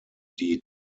die